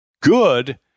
good